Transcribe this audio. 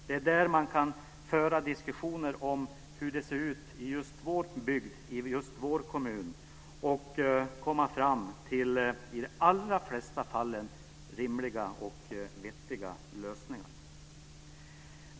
Det är där man kan föra diskussioner om hur det ser ut i just vår bygd, i just vår kommun och i de allra flesta fallen komma fram till rimliga och vettiga lösningar.